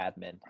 admin